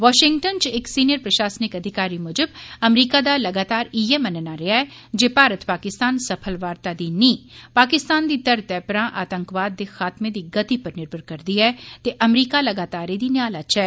Washington च इक senior प्रशासनिक अधिकारी मुजब अमरीका दा लगातार इय्यै मन्नना रेआ ऐ जे भारत पाकिस्तान सफल वार्ता दी नींह पाकिस्तान दी धरतै परां आतंकवाद दे खात्मे दी गति पर निर्भर करदी ऐ ते अमरीका लगातार एहदी नियाला च ऐ